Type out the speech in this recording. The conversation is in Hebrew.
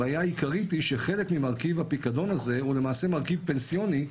הבעיה העיקרית היא שחלק ממרכיב הפיקדון הזה הוא למעשה מרכיב פנסיוני,